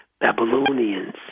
Babylonians